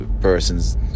persons